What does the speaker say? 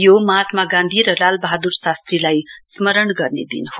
यो महात्मा गान्धी र लाल वहादुर शास्त्रीलाई स्मरण गर्ने दिन हो